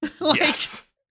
Yes